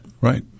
Right